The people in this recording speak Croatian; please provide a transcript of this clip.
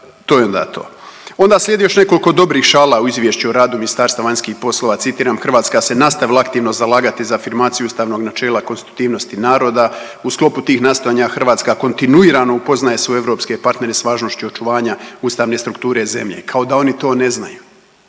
to je onda to. Onda slijedi još nekoliko dobrih šala u izvješću o radu Ministarstva vanjskih poslova, citiram, Hrvatska se nastavila aktivno zalagati za afirmaciju ustavnog načela konstitutivnosti naroda, u sklopu tih nastojanja Hrvatska kontinuirano upoznaje svoje europske partnere s važnošću očuvanja ustavne strukture zemlje, kao da oni to ne znaju,